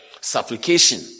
supplication